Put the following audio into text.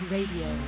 Radio